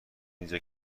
اینجا